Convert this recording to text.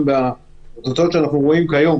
גם בתוצאות שאנחנו רואים היום,